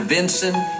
Vincent